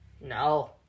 No